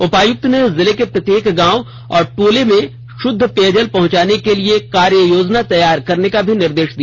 उपायुक्त ने जिले के प्रत्येक गांव और टोले में शुद्ध पेयजल पहुंचाने के लिए कार्य योजना तैयार करने का भी निर्देश दिया